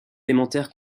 élémentaires